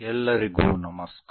ಎಲ್ಲರಿಗೂ ನಮಸ್ಕಾರ